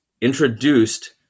introduced